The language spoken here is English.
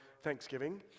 Thanksgiving